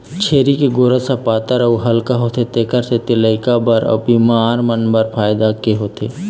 छेरी के गोरस ह पातर अउ हल्का होथे तेखर सेती लइका बर अउ बिमार मन बर फायदा के होथे